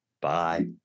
Bye